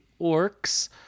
orcs